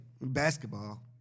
Basketball